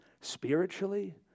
spiritually